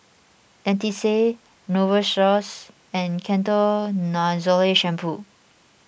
Dentiste Novosource and Ketoconazole Shampoo